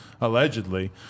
allegedly